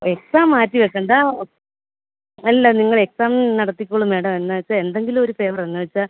exam മാറ്റി വെക്കണ്ട അല്ല നിങ്ങൾ എക്സാം നടത്തിക്കോളു മേഡം എന്നു വെച്ചാൽ എന്തെങ്കിലും ഒരു ഫേവറ് എന്നു വെച്ചാൽ